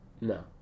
No